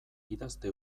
idazte